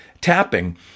tapping